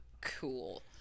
cool